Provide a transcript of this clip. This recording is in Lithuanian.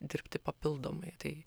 dirbti papildomai tai